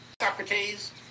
Socrates